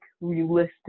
realistic